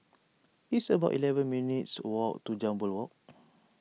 it's about eleven minutes' walk to Jambol Walk